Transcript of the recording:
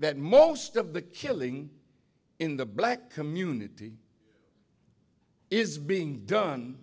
that most of the killing in the black community is being done